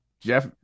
Jeff